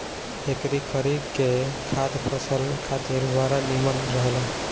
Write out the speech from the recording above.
एकरी खरी के खाद फसल खातिर बड़ा निमन रहेला